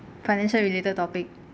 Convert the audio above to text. financial related topic